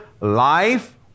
life